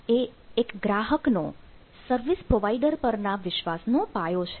એ એક ગ્રાહકનો service provider પરના વિશ્વાસ નો પાયો છે